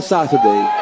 Saturday